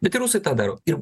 bet ir rusai tą daro ir